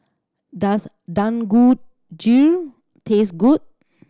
does Dangojiru taste good